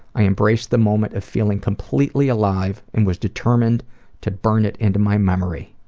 i embraced the moment of feeling completely alive and was determined to burn it into my memory.